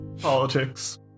Politics